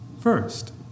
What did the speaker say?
first